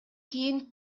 кийин